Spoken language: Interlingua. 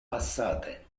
passate